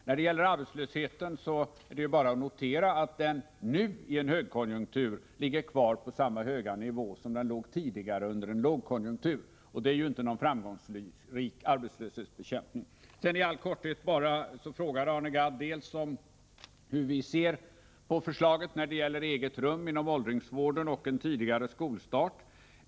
När det gäller arbetslösheten är det ju bara att notera att den nu, i en högkonjunktur, ligger kvar på samma höga nivå som den låg på tidigare, under en lågkonjunktur. Då är det ju inte fråga om någon framgångsrik arbetslöshetsbekämpning. Till slut i all korthet: Arne Gadd frågar hur vi ser på dels förslaget om eget rum inom åldringsvården, dels förslaget om en tidigare skolstart.